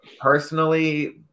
Personally